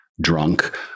drunk